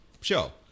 show